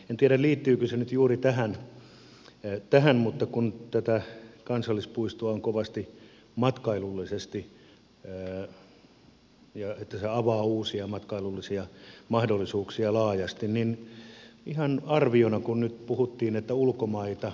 en tiedä liittyykö se nyt juuri tähän mutta kun tätä kansallispuistoa on käsitelty kovasti matkailullisesti sitä että se avaa uusia matkailullisia mahdollisuuksia laajasti niin ihan arviona kun nyt puhuttiin että ulkomaita myöten